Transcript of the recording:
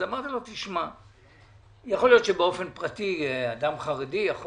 אמרתי לו: יכול להיות שבאופן פרטי אדם חרדי יכול